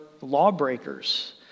lawbreakers